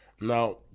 Now